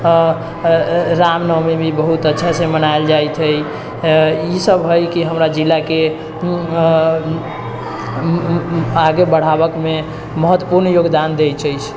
रामनवमी भी बहुत अच्छा से मनायल जाइत है ईसब है कि हमरा जिला के आगे बढ़ाबै मे महत्वपूर्ण योगदान दैत अइछ